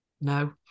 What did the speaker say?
No